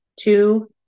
two